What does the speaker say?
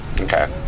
Okay